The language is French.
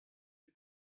est